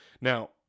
Now